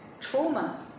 trauma